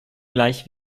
gleich